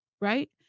Right